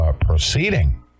proceeding